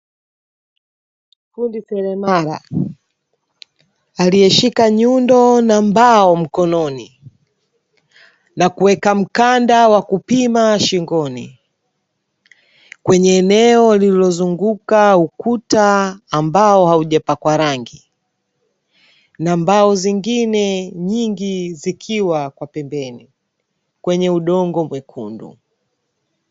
Fundi seremala aliyeshika nyundo na mbao mkononi, na kuweka mkanda wa kupima shingoni, kwenye eneo lililozunguka ukuta ambao haujapakwa rangi, na mbao zingine nyingi zikiwa kwa pembeni kwenye udongo mwekundu .